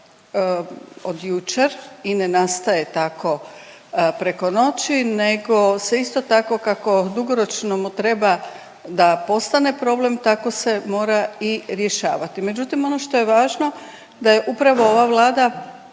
od jučer i ne nastaje tako preko noći, nego se isto tako kako dugoročno mu treba da postane problem, tako se mora i rješavati. Međutim, ono što je važno da je upravo ova Vlada